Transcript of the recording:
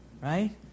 right